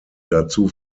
dazu